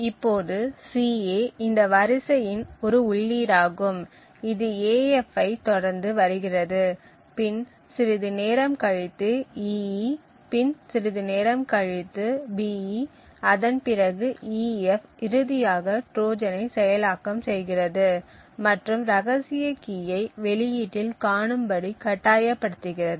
இப்போது ca இந்த வரிசை இன் ஒரு உள்ளீடாகும் இது af ஐ தொடர்ந்து வருகிறது பின் சிறிது நேரம் கழித்து ee பின் சிறிது நேரம் கழித்து be அதன் பிறகு ef இறுதியாக ட்ரோஜனை செயலாக்கம் செய்கிறது மற்றும் ரகசிய கீயை வெளியீட்டில் காணும்படி கட்டாயப்படுத்துகிறது